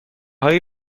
های